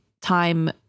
time